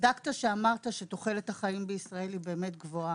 צדקת כשאמרת שתוחלת החיים בישראל היא באמת גבוהה,